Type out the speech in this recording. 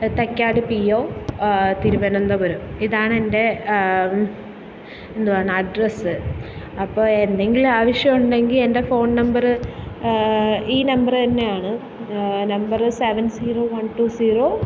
Thycaud P O Thiruvananthapuram ഇതാണ് എൻ്റെ എന്തുവാണ് അഡ്രസ്സ് അപ്പോൾ എന്തെങ്കിലും ആവശ്യം ഉണ്ടെങ്കിൽ എൻ്റെ ഫോൺ നമ്പറ് ഈ നമ്പറ് തന്നെയാണ് number seven zero one two zero